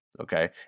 okay